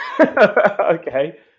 Okay